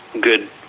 good